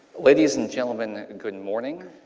ladies and gentlemen good morning,